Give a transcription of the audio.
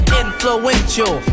influential